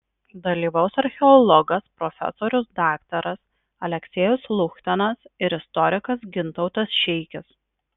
dalyvaus archeologas profesorius daktaras aleksejus luchtanas ir istorikas gintautas šeikis